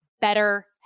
better